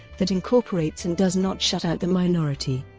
that incorporates and does not shut out the minority,